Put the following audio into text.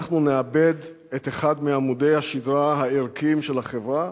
אנחנו נאבד את אחד מעמודי השדרה הערכיים של החברה,